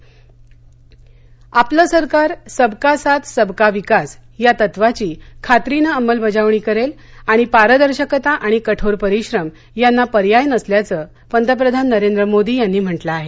मोदी वाराणसी आपलं सरकार सबका साथ सबका विकास या तत्वाची खात्रीने अंमलबजावणी करेल आणि पारदर्शकता आणि कठोर परिश्रम यांना पर्याय नसल्याचं पंतप्रधान नरेंद्र मोदी यांनी म्हटलं आहे